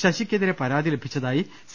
ശശിയ്ക്കെതിരെ പരാതി ലഭിച്ചതായി സി